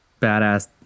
badass